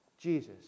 Jesus